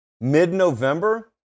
Mid-November